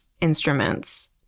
instruments